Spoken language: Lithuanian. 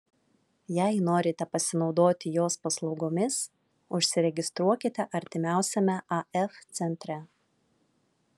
jei norite pasinaudoti jos paslaugomis užsiregistruokite artimiausiame af centre